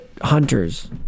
hunters